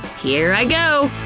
here i go!